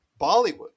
Bollywood